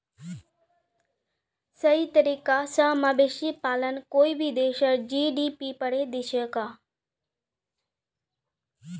सही तरीका स मवेशी पालन कोई भी देशेर जी.डी.पी बढ़ैं दिछेक